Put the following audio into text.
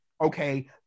okay